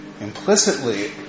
implicitly